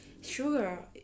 sugar